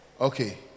Okay